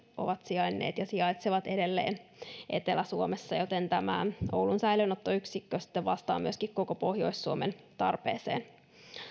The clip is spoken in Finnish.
ovat sijainneet ja sijaitsevat edelleen etelä suomessa joten tämä oulun säilöönottoyksikkö sitten vastaa myöskin koko pohjois suomen tarpeeseen